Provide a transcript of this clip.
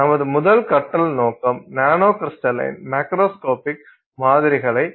நமது முதல் கற்றல் நோக்கம் நானோகிரிஸ்டலின் மாக்ரோஸ்கோபிக் மாதிரிகளை எப்படி தயாரிப்பது என்பதுதான்